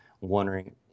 wondering